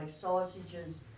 sausages